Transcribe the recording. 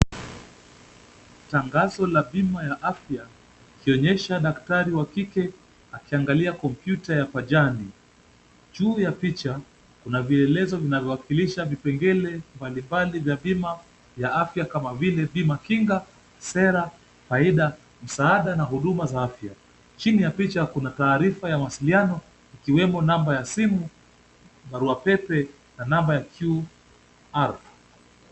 Tangazo la bima ya afya ikionyesha daktari wa kike akiangalia kompyuta ya pajani. Juu ya picha kuna vielezo vinavyowakilisha vipengele mbalimbali vya bima ya afya kama vile bima kinga, sera, faida, msaada na huduma za afya. Chini ya picha kuna taarifa ya mawasiliano ikiwemo namba ya simu, barua pepe na namba ya QR.